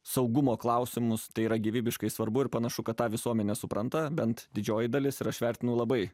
saugumo klausimus tai yra gyvybiškai svarbu ir panašu kad tą visuomenė supranta bent didžioji dalis ir aš vertinu labai